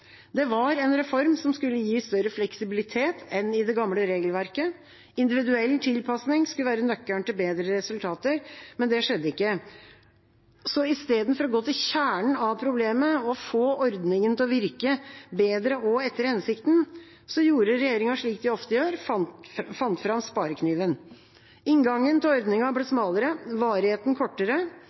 Det var en reform som skulle gi større fleksibilitet enn i det gamle regelverket. Individuell tilpasning skulle være nøkkelen til bedre resultater, men det skjedde ikke. I stedet for å gå til kjernen av problemet og få ordningen til å virke, bedre og etter hensikten, gjorde regjeringa slik de ofte gjør – fant fram sparekniven. Inngangen til ordningen ble smalere, varigheten kortere.